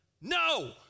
no